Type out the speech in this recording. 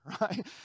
right